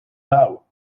dauw